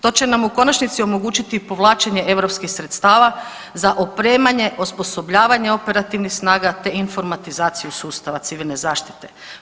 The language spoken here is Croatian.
To će nam u konačnici omogućiti i povlačenje europskih sredstava za opremanje i osposobljavanje operativnih snaga, te informatizaciju sustava civilne zaštite.